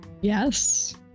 Yes